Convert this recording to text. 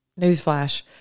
Newsflash